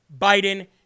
Biden